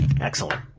Excellent